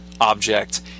object